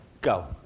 go